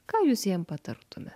ką jūs jiem patartumėt